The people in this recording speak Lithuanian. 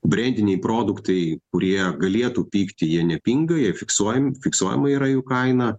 breidiniai produktai kurie galėtų pigti jie nepinga jie fiksuojam fiksuojama yra jų kaina